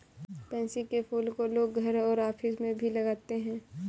pansy के फूल को लोग घर और ऑफिस में भी लगाते है